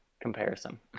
Comparison